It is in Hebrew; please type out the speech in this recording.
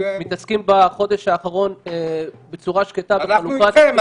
מתעסקים בחודש האחרון בצורה שקטה ו --- אנחנו איתכם,